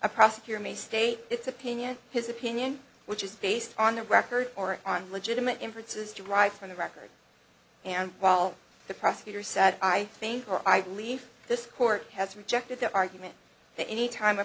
a prosecutor may state its opinion his opinion which is based on the record or on legitimate inferences derived from the record and while the prosecutor said i think or i believe this court has rejected the argument that anytime a